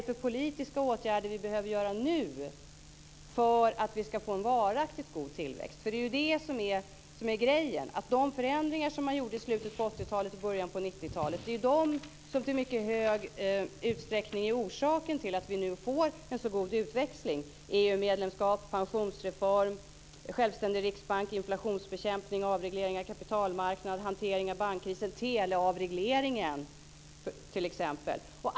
Vilka politiska åtgärder behöver vi göra nu för att vi ska få en varaktigt god tillväxt? Poängen är den att det i mycket stor utsträckning är de förändringar som man gjorde i slutet på 80-talet och i början på 90-talet som är orsaken till att vi nu får en så god utväxling, t.ex. EU-medlemskapet, pensionsreformen, en självständig riksbank, inflationsbekämpningen, avregleringen av kapitalmarknad, hanteringen av bankkrisen och teleavregleringen.